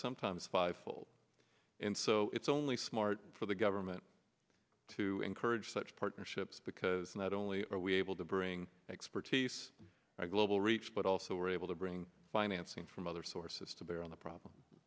sometimes five fold and so it's only smart for the government to encourage such partnerships because not only are we able to bring expertise a global reach but also we're able to bring financing from other sources to bear on the problem